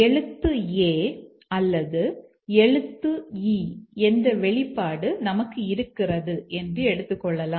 எழுத்து A அல்லது எழுத்து E என்ற வெளிப்பாடு நமக்கு இருக்கிறது என்று எடுத்துக்கொள்ளலாம்